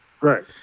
Right